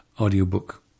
audiobook